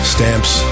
Stamps